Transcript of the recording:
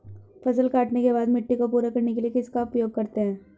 फसल काटने के बाद मिट्टी को पूरा करने के लिए किसका उपयोग करते हैं?